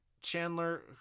Chandler